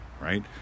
Right